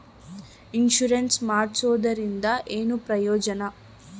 Insurance ಮಾಡ್ಸೋದರಿಂದ ಏನು ಪ್ರಯೋಜನ?